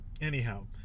anyhow